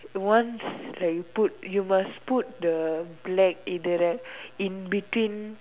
once like you put you must put the black either that in between